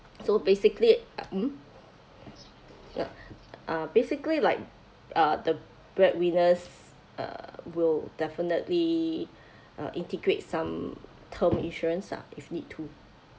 so basically mm uh basically like uh the breadwinners uh will definitely uh integrate some term insurance ah if need to